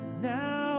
Now